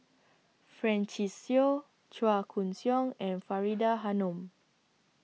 Francis Seow Chua Koon Siong and Faridah Hanum